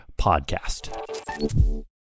podcast